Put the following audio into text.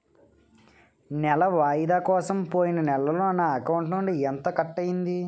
నెల వాయిదా కోసం పోయిన నెలలో నా అకౌంట్ నుండి ఎంత కట్ అయ్యింది?